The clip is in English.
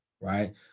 right